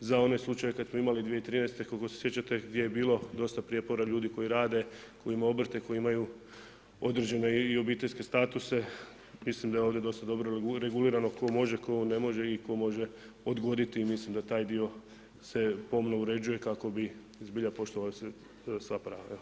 za one slučajeve kada smo imali 2013. koliko se sjećate gdje je bilo dosta prijepora ljudi koji rade, koji imaju obrte koji imaju određene i obiteljske statuse, mislim da je ovdje dosta dobro regulirano tko može, tko ne može i tko može odgoditi i mislim da se taj dio pomno uređuje kako bi zbilja poštovali sva prava.